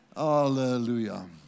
Hallelujah